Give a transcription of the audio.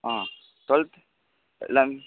ஆ twelfth லெ